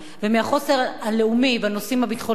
ומהחוסן הלאומי בנושאים הביטחוניים אני